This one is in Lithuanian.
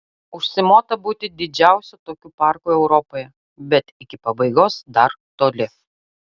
užsimota būti didžiausiu tokiu parku europoje bet iki pabaigos dar toli